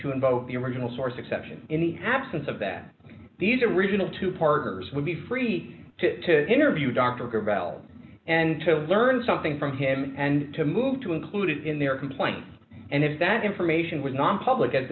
to invoke the original source exception in the absence of that these original two partners would be free to interview dr val and to learn something from him and to move to include it in their compliance and if that information was not public a